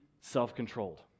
self-controlled